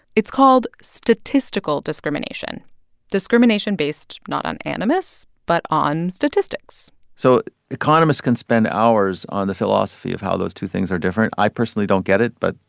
it's called statistical discrimination discrimination based not on animus but on statistics so economists can spend hours on the philosophy of how those two things are different. i personally don't get it, but,